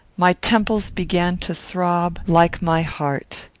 my temples began to throb like my heart.